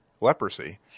leprosy